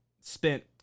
spent